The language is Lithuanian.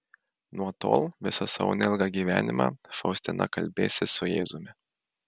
nuo tol visą savo neilgą gyvenimą faustina kalbėsis su jėzumi